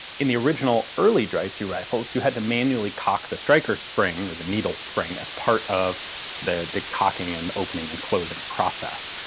in the original early dreyse rifles you had to manually cock the striker spring, or the needle spring, as part of the the cocking and opening and closing process.